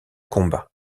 combat